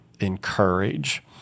encourage